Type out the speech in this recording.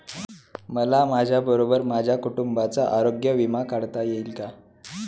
मला माझ्याबरोबर माझ्या कुटुंबाचा आरोग्य विमा काढता येईल का?